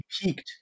peaked